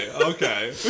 okay